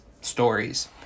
stories